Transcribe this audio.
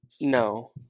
No